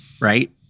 right